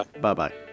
Bye-bye